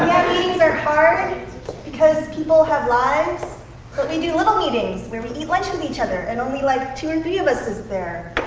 are hard because people have lives. but we do little meetings where we eat lunch with each other, and only like two or and three of us is there.